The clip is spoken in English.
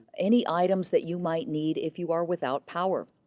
any items that you might need if you are without power.